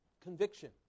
Conviction